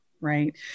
Right